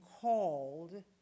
called